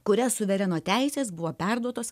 kuria suvereno teisės buvo perduotos